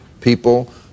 people